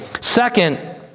Second